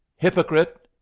hypocrite!